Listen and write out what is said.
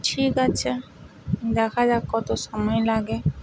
ঠিক আছে দেখা যাক কত সময় লাগে